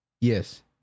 Yes